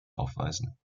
aufweisen